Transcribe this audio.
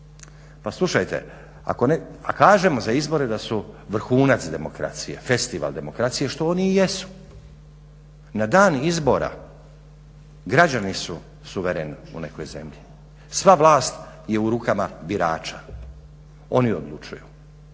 Pa slušajte, a kažemo za izbore da su vrhunac demokracije, festival demokracije, što oni i jesu, na dan izbora građani su suvereni u nekoj zemlji, sva vlast je u rukama birača, oni odlučuju.